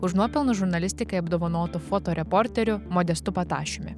už nuopelnus žurnalistikai apdovanotu fotoreporteriu modestu patašiumi